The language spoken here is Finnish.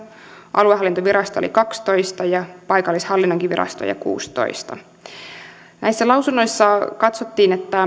aluehallintovirastoja oli kaksitoista ja paikallishallinnonkin virastoja kuudennessatoista näissä lausunnoissa katsottiin